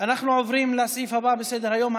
אנחנו עוברים לסעיף הבא בסדר-היום,